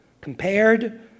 compared